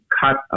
cut